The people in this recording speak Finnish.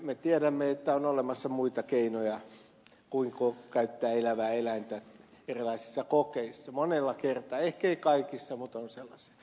me tiedämme että on olemassa muita keinoja kuin käyttää elävää eläintä erilaisissa kokeissa monilla kerroilla ehkei kaikissa kokeissa mutta on sellaisia tapauksia